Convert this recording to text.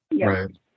Right